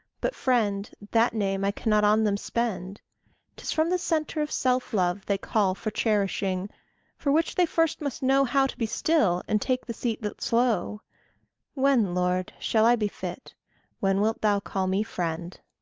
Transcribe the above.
but friend that name i cannot on them spend tis from the centre of self-love they call for cherishing for which they first must know how to be still, and take the seat that's low when, lord, shall i be fit when wilt thou call me friend?